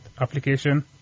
application